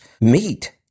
meat